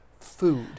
food